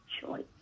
choice